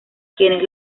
quienes